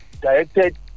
directed